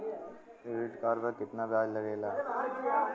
Credit card पर कितना ब्याज लगेला?